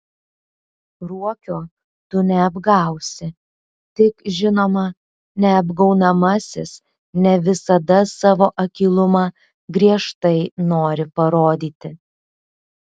ruokio tu neapgausi tik žinoma neapgaunamasis ne visada savo akylumą griežtai nori parodyti